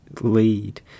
lead